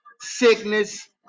sickness